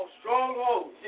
strongholds